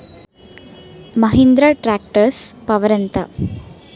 Mahindra tractor horse power ఎంత?